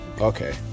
okay